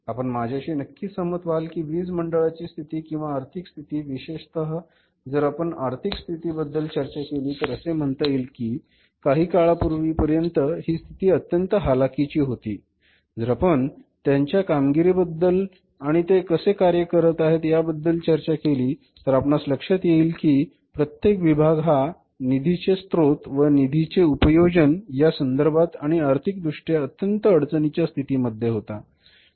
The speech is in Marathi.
आपण माझ्याशी नक्की सहमत व्हाल कि वीज मंडळाची स्थिती किंवा आर्थिक स्थिती विशेषतः जर आपण आर्थिक स्थिती बद्दल चर्चा केली तर असे म्हणता येईल कि काही काळापूर्वी पर्यंत हि स्थिती अत्यंत हालाकीची होती जर आपण त्यांच्या एकूण कामगिरी बद्दल आणि ते कसे कार्य करीत आहेत या बद्दल चर्चा केली तर आपणास लक्ष्यात येईल कि प्रत्येक विभाग हा निधी चे स्रोत व निधी चे उपयोजन या संदर्भात आणि आर्थिकदृष्ट्या अत्यंत अडचणीच्या स्थितीमध्ये होता